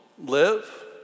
live